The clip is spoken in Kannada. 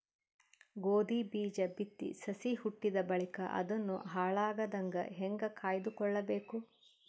ಗೋಧಿ ಬೀಜ ಬಿತ್ತಿ ಸಸಿ ಹುಟ್ಟಿದ ಬಳಿಕ ಅದನ್ನು ಹಾಳಾಗದಂಗ ಹೇಂಗ ಕಾಯ್ದುಕೊಳಬೇಕು?